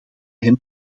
hem